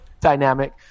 dynamic